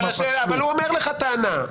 הוא אומר לך טענה,